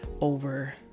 over